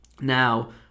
now